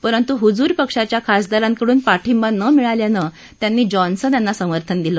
परंतु हुजूर पक्षाच्या खासदारांकडून पाठिबा न मिळाल्यानं त्यांनी जॉन्सन यांना समर्थन दिलं